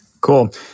Cool